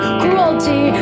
cruelty